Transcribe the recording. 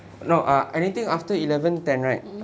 mm